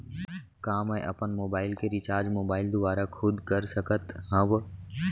का मैं अपन मोबाइल के रिचार्ज मोबाइल दुवारा खुद कर सकत हव?